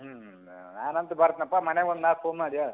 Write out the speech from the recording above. ಹ್ಞೂ ಹ್ಞೂ ನಾನಂತು ಬರ್ತೀನಪ್ಪ ಮನೆಗೆ ಒಂದು ಮಾತು ಫೋನ್ ಮಾಡಿ ಹೇಳ್